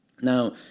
Now